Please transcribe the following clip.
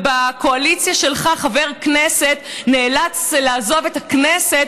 ובקואליציה שלך חבר כנסת נאלץ לעזוב את הכנסת